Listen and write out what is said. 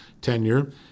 tenure